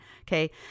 Okay